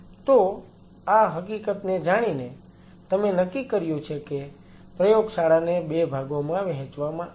તો આ હકીકતને જાણીને તમે નક્કી કર્યું છે કે પ્રયોગશાળાને 2 ભાગોમાં વહેંચવામાં આવશે